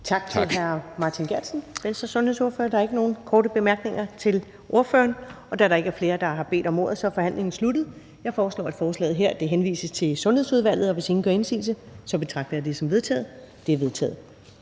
Tak til hr. Martin Geertsen, Venstres sundhedsordfører. Der er ikke nogen korte bemærkninger til ordføreren. Da der ikke er flere, der har bedt om ordet, er forhandlingen sluttet. Jeg foreslår, at forslaget til folketingsbeslutning her henvises til Sundhedsudvalget. Hvis ingen gør indsigelse, betragter jeg det som vedtaget. Det er vedtaget.